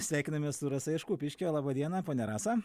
sveikinamės su rasa iš kupiškio laba diena ponia rasa